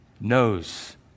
knows